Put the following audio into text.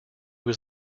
was